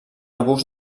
abús